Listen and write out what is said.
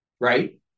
right